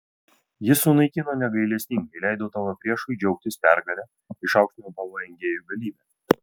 jis sunaikino negailestingai leido tavo priešui džiaugtis pergale išaukštino tavo engėjų galybę